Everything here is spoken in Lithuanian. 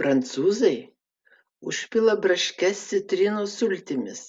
prancūzai užpila braškes citrinų sultimis